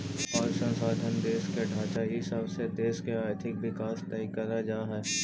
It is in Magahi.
अउर संसाधन, देश के ढांचा इ सब से देश के आर्थिक विकास तय कर जा हइ